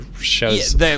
shows